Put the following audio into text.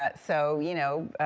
ah so you know,